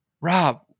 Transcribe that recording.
Rob